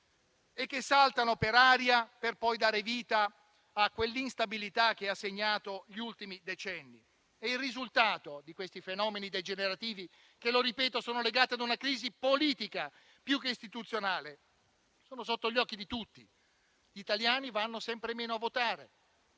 e che saltano per aria, per poi dare vita a quell'instabilità che ha segnato gli ultimi decenni. Il risultato di questi fenomeni degenerativi, che ripeto essere legati ad una crisi politica più che istituzionale, è sotto gli occhi di tutti. Gli italiani vanno sempre meno a votare.